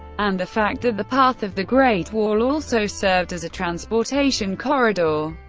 and the fact that the path of the great wall also served as a transportation corridor.